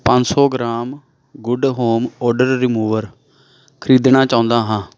ਪੰਜ ਸੌ gram good home odour remover ਖ਼ਰੀਦਣਾ ਚਾਉਂਦਾ ਹਾਂ